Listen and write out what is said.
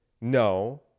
No